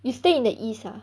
you stay in the east ah